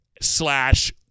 slash